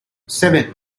seven